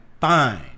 fine